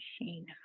machine